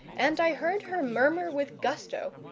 and i heard her murmur with gusto,